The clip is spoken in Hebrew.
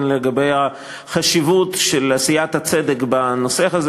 לגבי החשיבות של עשיית הצדק בנושא הזה.